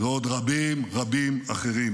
ועוד רבים רבים אחרים,